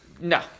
no